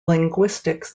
linguistics